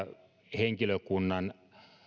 henkilökunnan